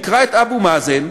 תקרא את אבו מאזן,